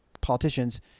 politicians